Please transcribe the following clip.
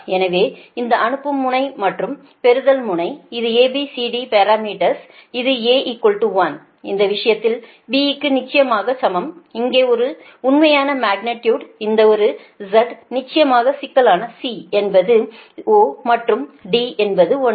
எனவே இந்த அனுப்பும் முனை மற்றும் பெறுதல் முனை இது ABCD பாரமீட்டர்ஸ் இது A 1 இந்த விஷயத்தில் B க்கு நிச்சயமாக சமம் இங்கே ஒரு உண்மையான மக்னிடியுடு இந்த ஒரு Z நிச்சயமாக சிக்கலான C என்பது 0 மற்றும் D என்பது 1